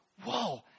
whoa